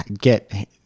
get